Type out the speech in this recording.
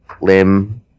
limb